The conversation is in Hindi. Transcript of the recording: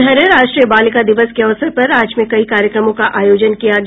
इधर राष्ट्रीय बालिका दिवस के अवसर पर राज्य में कई कार्यक्रमों का आयोजन किया गया